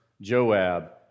Joab